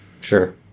Sure